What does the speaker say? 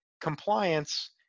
compliance